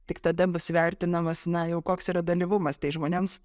tik tada bus įvertinamas na jau koks yra dalyvumas tai žmonėms